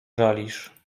żalisz